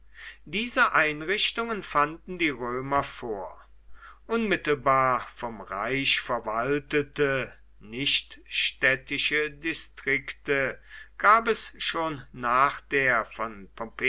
diese einrichtungen fanden die römer vor unmittelbar vom reich verwaltete nicht städtische distrikte gab es schon nach der von